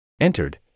entered